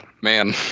man